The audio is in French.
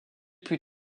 plus